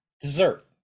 dessert